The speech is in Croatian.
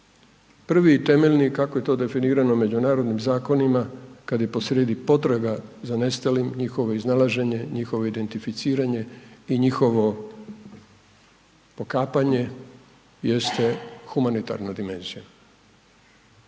Prvi i temeljni kako je to definirano međunarodnim zakonima kad je po srijedi potraga za nestalim, njihovo iznalaženje, njihovo identificiranje i njihovo pokapanje jeste humanitarna dimenzija.